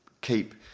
keep